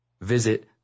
Visit